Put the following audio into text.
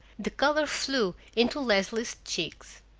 the color flew into leslie's cheeks.